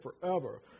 forever